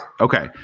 Okay